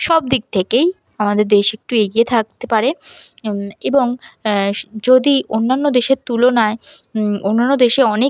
সবদিক থেকেই আমাদের দেশ একটু এগিয়ে থাকতে পারে এবং যদি অন্যান্য দেশের তুলনায় অন্যান্য দেশে অনেক